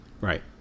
Right